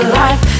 life